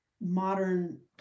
modern